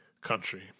country